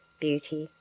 beauty,